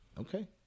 Okay